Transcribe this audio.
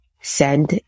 send